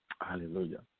Hallelujah